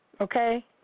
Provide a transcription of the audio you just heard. Okay